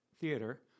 theater